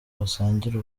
basangira